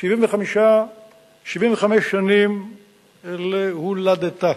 75 שנים להולדתה.